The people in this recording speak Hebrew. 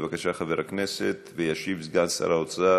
חבר הכנסת משה גפני, בבקשה, וישיב סגן שר האוצר